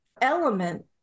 element